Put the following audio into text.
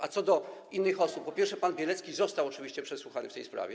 A co do innych osób, po pierwsze, pan Bierecki został oczywiście przesłuchany w tej sprawie.